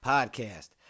Podcast